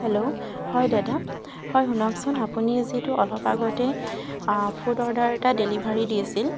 hello হয় দাদা হয় শুনকচোন আপুনি যে যিটো অলপ আগতে ফুড অৰ্ডাৰ এটা ডেলিভাৰী দিছিল